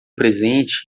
presente